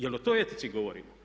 Jel' o toj etici govorimo?